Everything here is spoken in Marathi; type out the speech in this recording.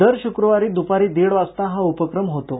दर श्क्रवारी द्रपारी दीड वाजता हा उपक्रम होतो